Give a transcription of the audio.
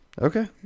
Okay